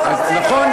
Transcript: נכון,